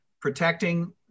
Protecting